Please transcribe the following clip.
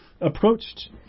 approached